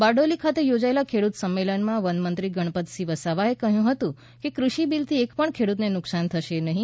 બારડોલી ખાતે યોજાયેલા ખેડૂત સંમેલનમાં વનમંત્રી ગણપતસિંહ વસાવાએ કહ્યું હતું કે ક઼ષિ બિલથી એક પણ ખેડૂતને નુકશાન થશે નહીં